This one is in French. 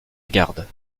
lagarde